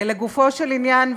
לגופו של עניין,